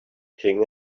king